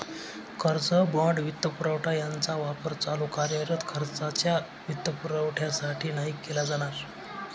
कर्ज, बाँड, वित्तपुरवठा यांचा वापर चालू कार्यरत खर्चाच्या वित्तपुरवठ्यासाठी नाही केला जाणार